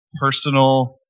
personal